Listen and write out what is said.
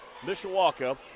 Mishawaka